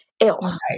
else